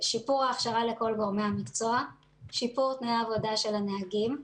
שיפור ההכשרה לכל גורמי המקצוע; שיפור תנאי העבודה של הנהגים,